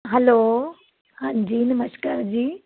hello ਹਾਂਜੀ ਨਮਸਕਾਰ ਜੀ